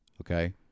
Okay